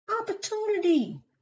Opportunity